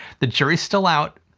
the jury is still out,